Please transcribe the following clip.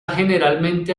generalmente